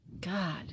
God